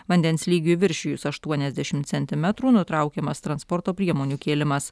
vandens lygiui viršijus aštuoniasdešimt centimetrų nutraukiamas transporto priemonių kėlimas